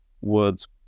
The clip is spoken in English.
words